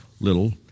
Little